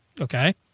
Okay